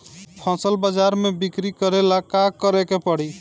फसल बाजार मे बिक्री करेला का करेके परी?